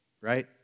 right